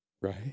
Right